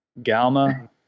Galma